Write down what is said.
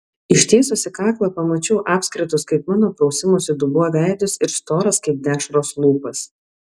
ištiesusi kaklą pamačiau apskritus kaip mano prausimosi dubuo veidus ir storas kaip dešros lūpas